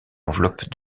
enveloppe